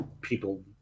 people